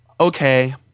Okay